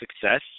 success